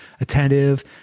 attentive